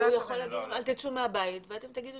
הוא יכול להגיד אל תצאו מהבית ואתם תגידו